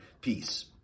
Peace